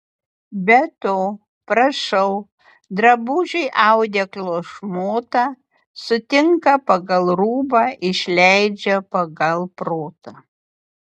be to prašau drabužiui audeklo šmotą sutinka pagal rūbą išleidžia pagal protą